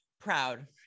Proud